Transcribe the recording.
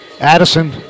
Addison